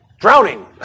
Drowning